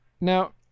now